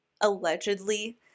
allegedly